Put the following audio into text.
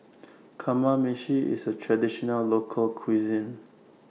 Kamameshi IS A Traditional Local Cuisine